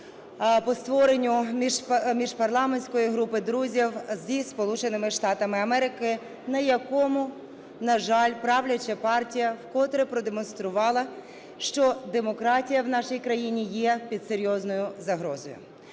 по створенню міжпарламентської групи друзів зі Сполученими Штатами Америки, на якому, на жаль, правляча партія вкотре продемонструвала, що демократія в нашій країні є під серйозною загрозою.